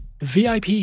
VIP